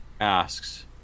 asks